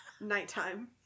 Nighttime